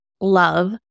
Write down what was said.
love